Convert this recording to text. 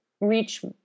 reach